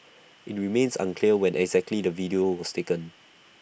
IT remains unclear when exactly the video was taken